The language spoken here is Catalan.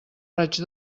raig